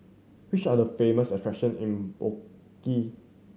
which are the famous attraction in Baku